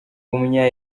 umunya